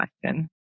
question